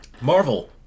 Marvel